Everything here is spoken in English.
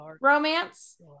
romance